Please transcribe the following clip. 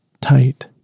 tight